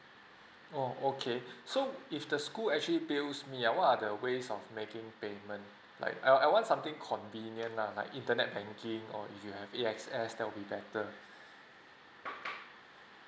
oh okay so if the school actually bills me what are the ways of making payment like I I want something convenience lah like internet banking or if you have A_X_S that would be better